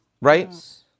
right